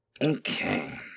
Okay